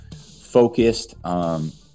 focused